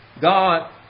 God